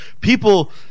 people –